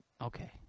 Okay